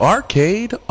Arcade